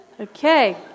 Okay